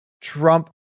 Trump